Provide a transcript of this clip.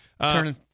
Turning